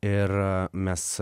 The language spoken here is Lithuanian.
ir mes